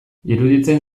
iruditzen